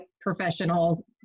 professional